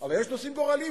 אבל יש נושאים גורליים.